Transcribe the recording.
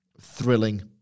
thrilling